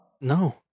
no